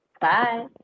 Bye